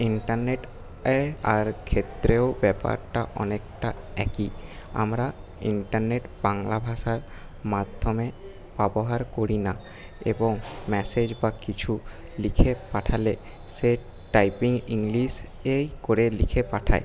ইন্টারনেটে আর ক্ষেত্রেও ব্যাপারটা অনেকটা একই আমরা ইন্টারনেট বাংলা ভাষার মাধ্যমে ব্যবহার করি না এবং ম্যাসেজ বা কিছু লিখে পাঠালে সে টাইপিং ইংলিশেই করে লিখে পাঠায়